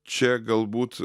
čia galbūt